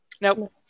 nope